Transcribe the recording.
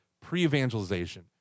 pre-evangelization